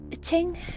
ting